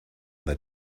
that